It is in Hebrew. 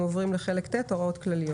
נמשיך בהקראה.